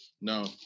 No